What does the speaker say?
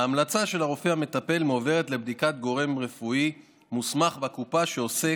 ההמלצה של הרופא המטפל מועברת לבדיקת גורם רפואי מוסמך בקופה שעוסק,